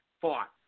fought